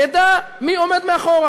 נדע מי עומד מאחור.